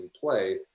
play